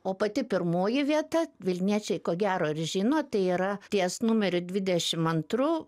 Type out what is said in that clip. o pati pirmoji vieta vilniečiai ko gero ar žino tai yra ties numeriu dvidešim antru